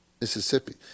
Mississippi